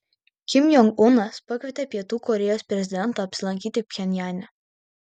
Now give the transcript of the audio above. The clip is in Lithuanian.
kim jong unas pakvietė pietų korėjos prezidentą apsilankyti pchenjane